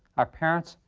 our parents,